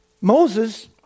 Moses